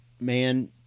man